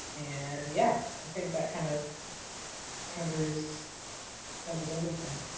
and yeah, i think that kind of covers covers everything.